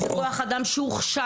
זה כוח אדם שהוכשר.